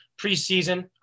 preseason